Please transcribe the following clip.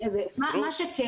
מה שכן